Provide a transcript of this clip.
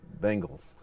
Bengals